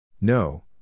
No